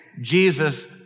Jesus